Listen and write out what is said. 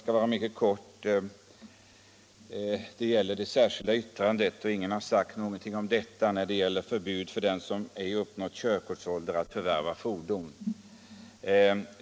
Herr talman! Jag skall fatta mig mycket kort. Ingen har sagt någonting om det särskilda yttrandet när det gäller förbud för den som ej uppnått körkortsåldern att förvärva fordon.